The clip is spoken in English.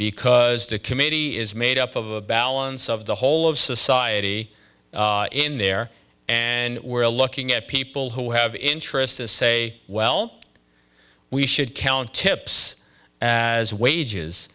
because the committee is made up of a balance of the whole of society in there and we're looking at people who have interests to say well we should count tips as wages